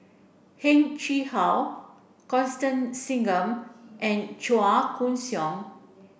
Heng Chee How Constance Singam and Chua Koon Siong